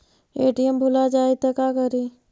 ATM भुला जाये त का करि?